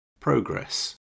progress